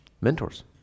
Mentors